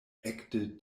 ekde